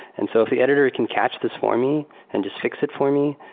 and so if the editor can catch this for me and just fix it for me,